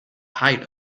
height